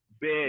big